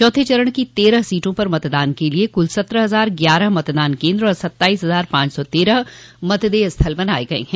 चौथे चरण की तेरह सीटों पर मतदान के लिये कुल सत्रह हजार ग्यारह मतदान केन्द्र तथा सत्ताईस हजार पांच सौ तेरह मतदेय स्थल बनाये गये हैं